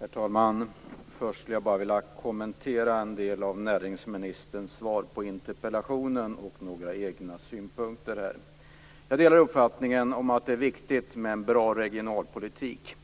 Herr talman! Först vill jag kommentera en del av näringsministerns svar på interpellationen och därefter ge några egna synpunkter. Jag delar uppfattningen att det är viktigt med en bra regionalpolitik.